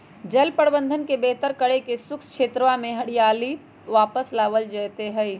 जल प्रबंधन के बेहतर करके शुष्क क्षेत्रवा में हरियाली वापस लावल जयते हई